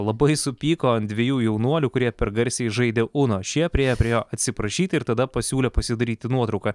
labai supyko ant dviejų jaunuolių kurie per garsiai žaidė uno šie priėjo prie jo atsiprašyti ir tada pasiūlė pasidaryti nuotrauką